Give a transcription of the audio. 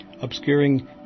obscuring